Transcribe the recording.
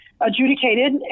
adjudicated